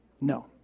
No